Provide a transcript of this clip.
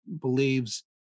believes